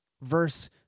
verse